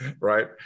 right